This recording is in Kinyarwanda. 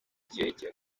kirekire